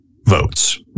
votes